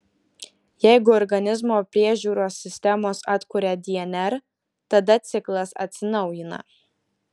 jeigu organizmo priežiūros sistemos atkuria dnr tada ciklas atsinaujina